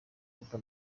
kaguta